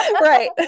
Right